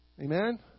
Amen